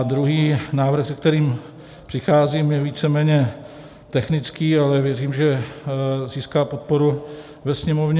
Druhý návrh, se kterým přicházím, je víceméně technický, ale věřím, že získá podporu ve Sněmovně.